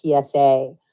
PSA